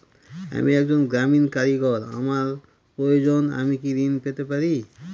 আমি একজন গ্রামীণ কারিগর আমার প্রয়োজনৃ আমি কি ঋণ পেতে পারি?